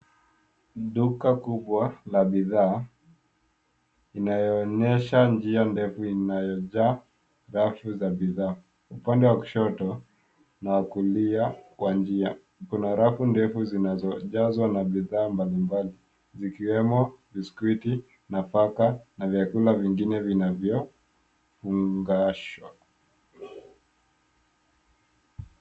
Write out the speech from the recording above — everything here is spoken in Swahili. Duka kubwa la bidhaa inayoonyesha njia ndefu iliyojaa rafu za bidhaa. Upande wa kushoto na wa kulia kwa niia kuna rafu ndefu zilizojazwa na bidhaa mbalimbali zikiwemo biskuti, nafaka na bidhaa nyingine zinavyofungashwa.